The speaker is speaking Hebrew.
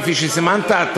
כפי שסימנת אתה,